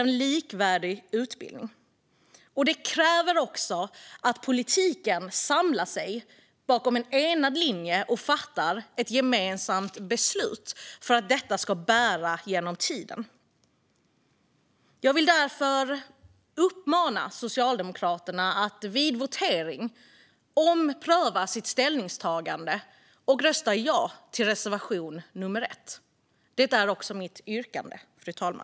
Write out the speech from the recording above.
Det kräver också att politiken samlar sig bakom en enad linje och fattar ett gemensamt beslut för att detta ska bära över tid. Jag vill därför uppmana Socialdemokraterna att vid votering ompröva sitt ställningstagande och rösta ja till reservation 1, som jag även yrkar bifall till, fru talman.